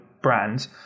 brands